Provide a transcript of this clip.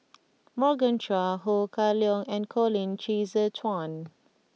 Morgan Chua Ho Kah Leong and Colin Qi Zhe Quan